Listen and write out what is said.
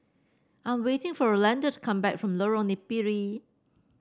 I am waiting for Rolanda to come back from Lorong Napiri